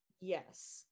Yes